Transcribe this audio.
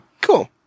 Cool